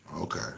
Okay